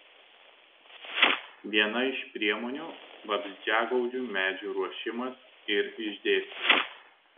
viena iš priemonių vabzdžiagaudžių medžių ruošimas ir išdėstymas